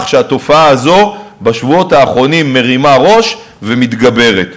שהתופעה הזאת בשבועות האחרונים מרימה ראש ומתגברת.